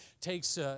takes